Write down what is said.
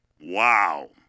Wow